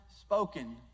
spoken